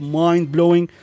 mind-blowing